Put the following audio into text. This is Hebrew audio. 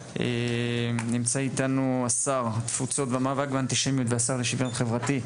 נמצא איתנו שר התפוצות והמאבק באנטישמיות והשר לשוויון חברתי,